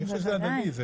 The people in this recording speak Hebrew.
אני חושב שזה הדדי.